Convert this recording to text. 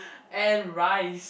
and rice